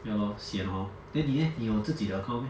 ya lor sian hor then 你 leh 你有自己的 account meh